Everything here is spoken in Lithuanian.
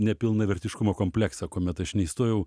nepilnavertiškumo kompleksą kuomet aš neįstojau